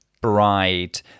bride